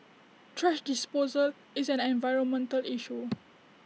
thrash disposal is an environmental issue